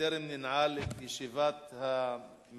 בטרם ננעל את ישיבת המליאה,